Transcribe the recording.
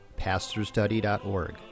pastorstudy.org